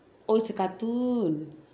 oh it's a cartoon